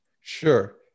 Sure